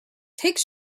take